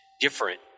different